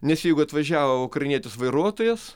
nes jeigu atvažiavo ukrainietis vairuotojas